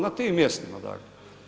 Na tim mjestima dakle.